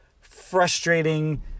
frustrating